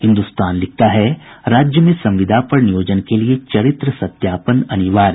हिन्दुस्तान लिखता है राज्य में संविदा पर नियोजन के लिए चरित्र सत्यापन अनिवार्य